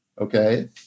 Okay